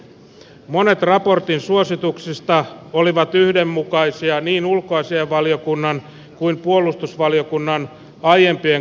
monet raportin suosituksista olivat yhdenmukaisia niin ulkoasiainvaliokunnan kuin puolustusvaliokunnan aiempien kannanottojen kanssa